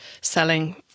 selling